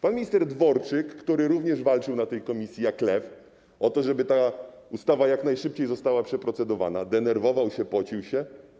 Pan minister Dworczyk, który również na posiedzeniu tej komisji walczył jak lew o to, żeby ta ustawa jak najszybciej została przeprocedowana, denerwował się, pocił się.